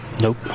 Nope